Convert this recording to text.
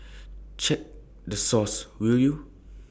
check the source will you